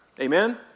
Amen